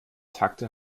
takte